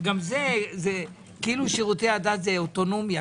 וגם זה, כאילו שירותי הדת זה אוטונומיה.